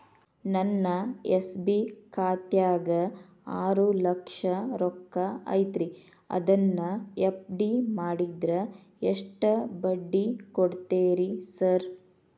ನನ್ನ ಎಸ್.ಬಿ ಖಾತ್ಯಾಗ ಆರು ಲಕ್ಷ ರೊಕ್ಕ ಐತ್ರಿ ಅದನ್ನ ಎಫ್.ಡಿ ಮಾಡಿದ್ರ ಎಷ್ಟ ಬಡ್ಡಿ ಕೊಡ್ತೇರಿ ಸರ್?